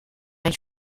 hain